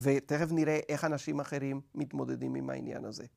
ותכף נראה איך אנשים אחרים מתמודדים עם העניין הזה.